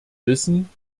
wissen